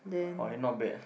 !wah! not bad